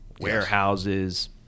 warehouses